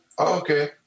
Okay